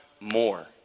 more